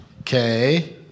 Okay